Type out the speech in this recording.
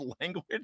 language